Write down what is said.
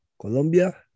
Colombia